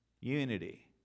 Unity